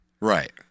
Right